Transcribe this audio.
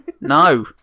No